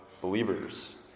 believers